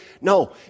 No